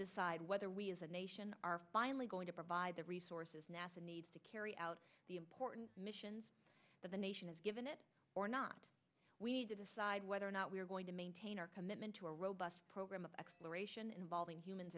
decide whether we as a nation are finally going to provide the resources nasa needs to carry out the important missions that the nation has given it or not we decide whether or not we are going to maintain our commitment to a robust program of exploration involving humans